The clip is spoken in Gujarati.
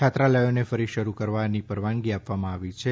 છાત્રાલયોને ફરી શરૂ કરવાની પરવાનગી આપવામાં આવી છે